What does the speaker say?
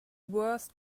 worth